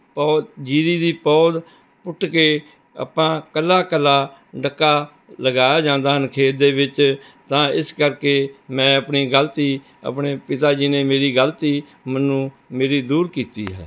ਪੌ ਜੀਰੀ ਦੀ ਪੌਦ ਪੁੱਟ ਕੇ ਆਪਾਂ ਇਕੱਲਾ ਇਕੱਲਾ ਡੱਕਾ ਲਗਾਇਆ ਜਾਂਦਾ ਹਨ ਖੇਤ ਦੇ ਵਿੱਚ ਤਾਂ ਇਸ ਕਰਕੇ ਮੈਂ ਆਪਣੀ ਗਲਤੀ ਆਪਣੇ ਪਿਤਾ ਜੀ ਨੇ ਮੇਰੀ ਗਲਤੀ ਮੈਨੂੰ ਮੇਰੀ ਦੂਰ ਕੀਤੀ ਹੈ